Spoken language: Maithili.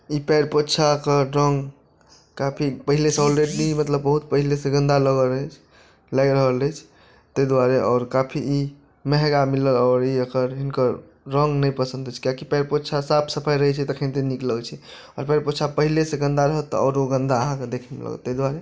ई पएरपोछाके रङ्ग काफी पहिनेसँ ऑलरेडी मतलब बहुत पहिनेसँ गन्दा लागल अछि लागि रहल अछि ताहि दुआरे आओर काफी ई महँगा मिलल आओर एकर हिनकर रङ्ग नहि पसन्द अछि कियाकि पएरपोछा साफ सफाइ रहैत छै तखन तऽ नीक लगैत छै आओर पएरपोछा पहिनेसँ गन्दा रहत तऽ आओरो गन्दा अहाँकेँ देखयमे लागत ताहि दुआरे